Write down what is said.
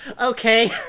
Okay